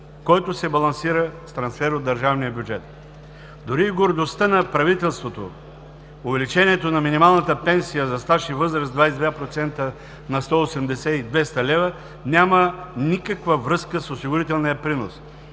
който се балансира с трансфер от държавния бюджет. Дори и гордостта на правителството – увеличението на минималната пенсия за стаж и възраст с 22% – на 180 и 200 лв., няма никаква връзка с осигурителния принос.